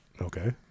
Okay